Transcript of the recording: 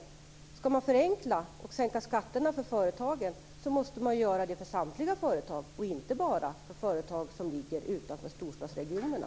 Om man skall förenkla och sänka skatterna för företagen så måste man ju göra det för samtliga företag och inte bara för företag som ligger utanför storstadsregionerna.